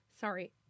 sorry